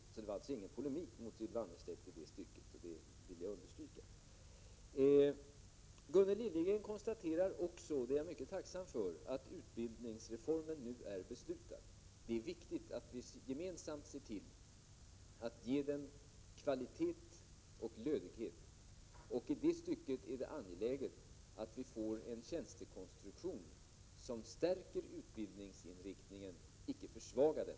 Det var alltså ingen polemik mot Ylva Annerstedt i det stycket, det vill jag understryka. Gunnel Liljegren konstaterar också — vilket jag är mycket tacksam för — att utbildningsreformen nu är beslutad. Det är viktigt att vi gemensamt ser till att ge den kvalitet och lödighet. Det är angeläget att vi får en tjänstekonstruktion som stärker utbildningsinriktningen och icke försvagar den.